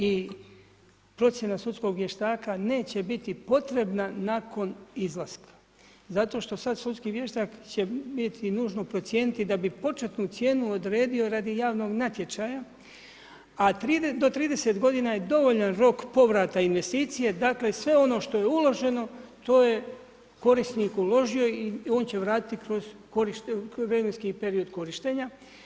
I procjena sudskog vještaka neće biti potrebna nakon izlaska zato što će sada sudski vještak će nužno procijeniti da bi početnu cijenu odredio radi javnog natječaja, a do 30 godina je dovoljan rok povrata investicije, dakle sve ono što je uloženo to je korisnik uložio i on će vratiti kroz vremenski period korištenja.